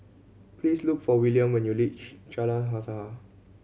please look for William when you reach Jalan Usaha